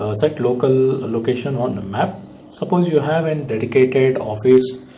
ah set local location on the map suppose you have an dedicated office